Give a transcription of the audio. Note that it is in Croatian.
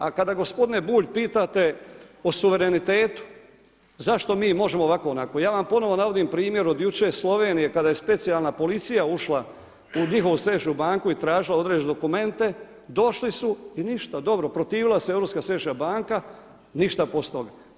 A kada gospodine Bulj pitate o suverenitetu zašto mi možemo ovako i onako, ja vam ponovno navodim primjer od jučer Slovenije kada je specijalna policija ušla u njihovu središnju banku i tražila određene dokumente, došli su i ništa, dobro protivila se Europska središnja banka, ništa poslije toga.